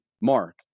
mark